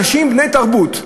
אנשים בני תרבות,